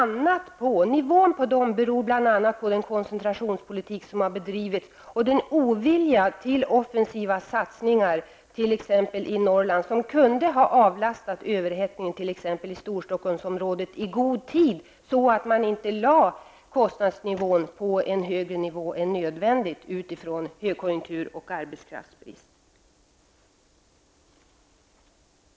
Nivån på dessa problem beror bl.a. på den koncentrationspolitik som har bedrivits och den ovilja till offensiva satsningar t.ex. i Norrland som i god tid kunde ha avlastat överhettningen i Stockholmsområdet. Då hade man inte behövt lägga kostnadsnivån högre än nödvändigt utifrån högkonjunktur och arbetskraftsbrist.